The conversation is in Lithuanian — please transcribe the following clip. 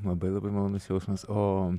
labai labai malonus jausmas o